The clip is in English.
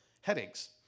headaches